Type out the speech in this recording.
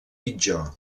pitjor